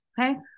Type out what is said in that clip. Okay